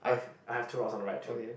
i have I have two rocks on the right too